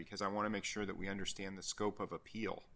because i want to make sure that we understand the scope of appeal